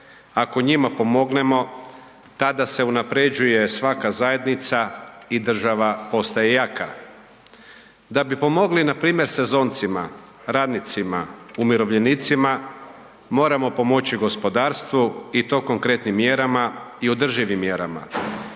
ako njima pomognemo tada se unapređuje svaka zajednica i država postaje jaka. Da bi pomogli npr. sezoncima, radnicima, umirovljenicima, moramo pomoći gospodarstvu i to konkretnim mjerama i održivim mjerama.